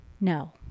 No